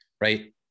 Right